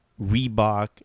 Reebok